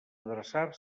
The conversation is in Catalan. adreçar